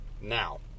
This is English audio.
Now